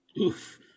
Oof